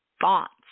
thoughts